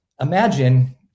imagine